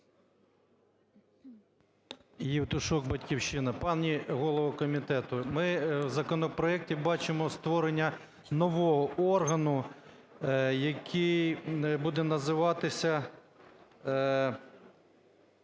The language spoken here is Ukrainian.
Євтушок, "Батьківщина". Пані голово комітету, ми в законопроекті бачимо створення нового органу, який буде називатися,